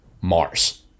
Mars